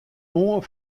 moarn